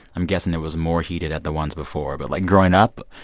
i'm guessing it was more heated at the ones before. but like growing up,